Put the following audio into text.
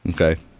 okay